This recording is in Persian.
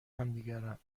همدیگرند